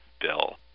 bill